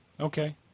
Okay